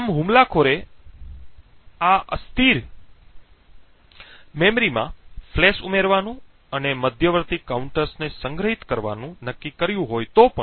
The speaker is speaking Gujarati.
આમ જો હુમલાખોરે આ અસ્થિર મેમરીમાં ફ્લેશ ઉમેરવાનું અને મધ્યવર્તી કાઉન્ટર્સને સંગ્રહિત કરવાનું નક્કી કર્યું હોય તો પણ